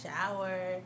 shower